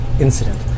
incident